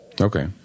Okay